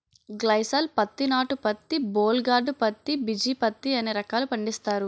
గ్లైసాల్ పత్తి నాటు పత్తి బోల్ గార్డు పత్తి బిజీ పత్తి అనే రకాలు పండిస్తారు